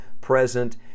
present